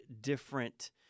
different